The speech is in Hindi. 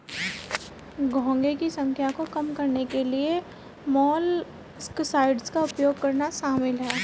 घोंघे की संख्या को कम करने के लिए मोलस्कसाइड्स का उपयोग करना शामिल है